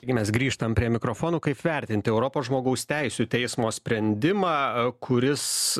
taigi mes grįžtam prie mikrofonų kaip vertinti europos žmogaus teisių teismo sprendimą kuris